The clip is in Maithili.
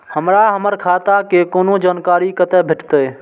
हमरा हमर खाता के कोनो जानकारी कते भेटतै